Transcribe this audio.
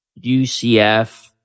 UCF